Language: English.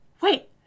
wait